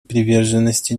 приверженности